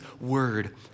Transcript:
word